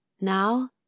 Now